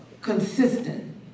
consistent